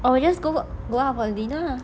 or we just go go out for dinner lah